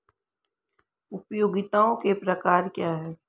उपयोगिताओं के प्रकार क्या हैं?